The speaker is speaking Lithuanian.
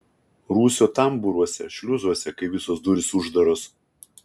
rūsio tambūruose šliuzuose kai visos durys uždaros